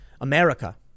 America